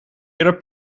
eerder